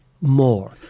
More